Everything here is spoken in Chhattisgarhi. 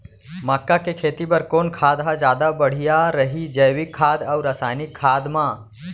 मक्का के खेती बर कोन खाद ह जादा बढ़िया रही, जैविक खाद अऊ रसायनिक खाद मा?